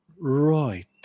Right